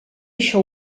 això